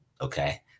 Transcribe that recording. Okay